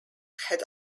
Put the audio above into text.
had